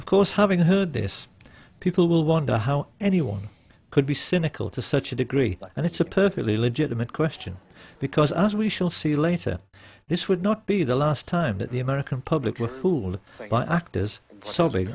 of course having heard this people will wonder how anyone could be cynical to such a degree and it's a perfectly legitimate question because as we shall see later this would not be the last time that the american public